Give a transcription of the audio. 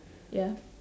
ya